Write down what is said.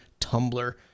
Tumblr